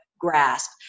grasp